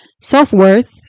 self-worth